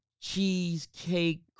cheesecake